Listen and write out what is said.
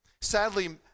Sadly